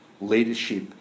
leadership